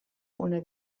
una